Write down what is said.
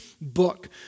book